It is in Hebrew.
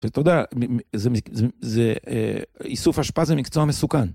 אתה יודע, זה אהה איסוף אשפה זה מקצוע מסוכן.